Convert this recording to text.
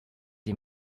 die